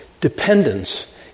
Dependence